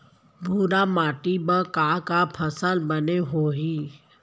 भूरा माटी मा का का फसल बने होही?